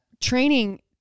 training